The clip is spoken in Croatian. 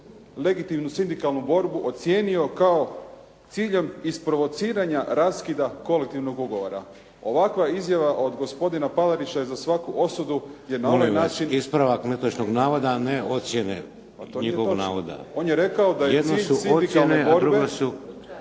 legitimnu sindikalnu borbu ocijenio kao ciljem isprovociranja raskida kolektivnog ugovora. Ovakva izjava od gospodina Palarića je za svaku osudu, jer na ovaj način… **Šeks, Vladimir (HDZ)** Molim vas ispravak netočnog navoda a ne ocjene njihovog navoda. Jedno su ocjene, a drugo su